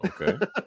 okay